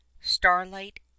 starlight